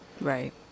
Right